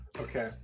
Okay